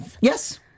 Yes